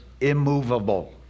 immovable